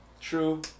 True